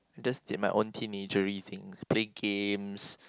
just did my own teenager things play games